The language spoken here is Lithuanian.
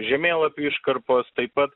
žemėlapių iškarpos taip pat